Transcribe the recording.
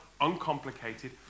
uncomplicated